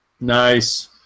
Nice